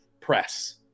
press